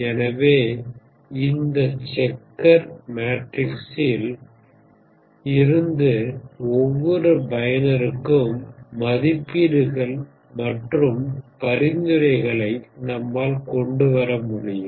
எனவே இந்த செக்கர் மேட்ரிக்ஸில் இருந்து ஒவ்வொரு பயனருக்கும் மதிப்பீடுகள் மற்றும் பரிந்துரைகளை நம்மால் கொண்டு வர முடியும்